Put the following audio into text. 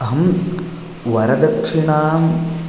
अहं वरदक्षिणां